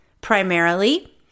primarily